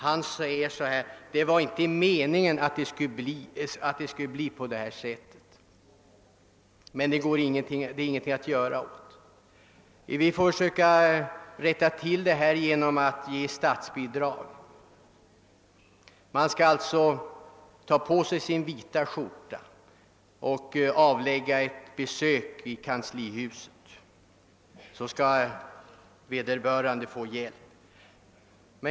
Han sade att det inte varit meningen att det skulle bli på det här sättet men att det inte var något att göra åt. Han menade att man får försöka rätta till det hela genom att ge statsbidrag. Man skall alltså ta på sig sin vita skjorta, avlägga ett besök i kanslihuset och ansöka om hjälp.